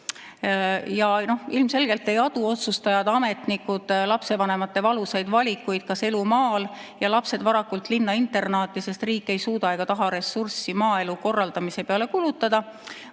Ilmselgelt ei adu otsustajad, ametnikud lapsevanemate valusaid valikuid: kas elu maal ja lapsed varakult linna internaati, sest riik ei suuda ega taha ressurssi maaelu korraldamise peale kulutada,